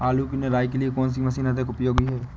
आलू की निराई के लिए कौन सी मशीन अधिक उपयोगी है?